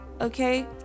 okay